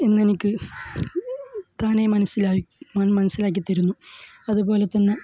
എന്നെനിക്ക് താനെ മനസ്സിലായി മനസ്സിലാക്കി തരുന്നു അതുപോലെ തന്നെ